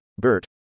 BERT